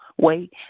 Wait